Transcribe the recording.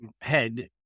head